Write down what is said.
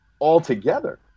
altogether